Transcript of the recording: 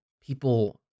people